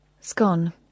Scone